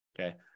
Okay